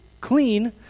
clean